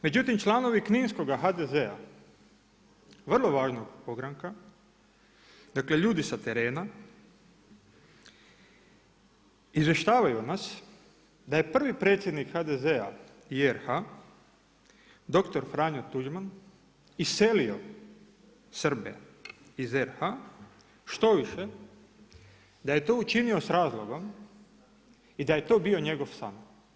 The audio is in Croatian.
Međutim, članovi kninskoga HDZ-a vrlo važnog ogranka, dakle, ljudi sa terena, izvještavaju nas da je prvi predsjednik HDZ-a i RH, doktor Franjo Tuđman iselio Srbe iz RH štoviše, da je to učinio s razlogom, i da je to bio njegov san.